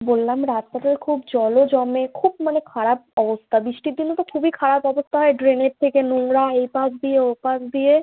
বললাম রাস্তাতেও খুব জলও জমে খুব মানে খারাপ অবস্থা বৃষ্টির দিনে তো খুবই খারাপ অবস্থা হয় ড্রেনের থেকে নোংরা এপাশ দিয়ে ওপাশ দিয়ে